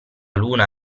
luna